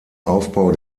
aufbau